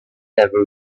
ever